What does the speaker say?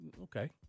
okay